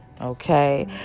Okay